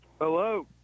Hello